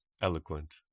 Eloquent